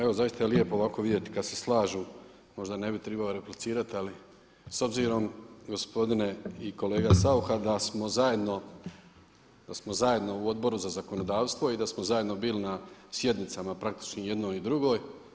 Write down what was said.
Evo zaista je lijepo ovako vidjeti kad se slažu, možda ne bi trebao replicirati ali s obzirom gospodine i kolega Saucha da smo zajedno u Odboru za zakonodavstvo i da smo zajedno bili na sjednicama praktički jednoj i drugoj.